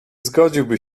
zgodziłby